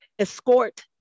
escort